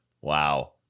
Wow